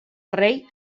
rei